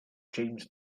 james